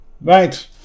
Right